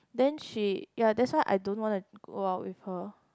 then she ya that's why I don't want to go out with her